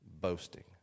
boasting